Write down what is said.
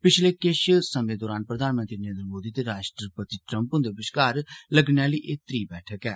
पिछले किश समय दौरान प्रधानमंत्री नरेन्द्र मोदी ते राष्ट्रपति ट्रम्प हुन्दे बश्कार लगने आली एह त्री बैठक ऐ